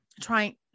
trying